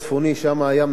שם הים נסוג,